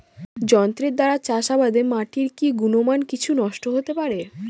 যন্ত্রের দ্বারা চাষাবাদে মাটির কি গুণমান কিছু নষ্ট হতে পারে?